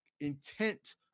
intent